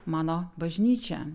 mano bažnyčia